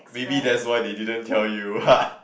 maybe that's why they didn't tell you